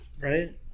right